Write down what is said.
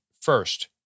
first